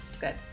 Good